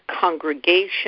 congregation